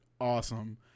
awesome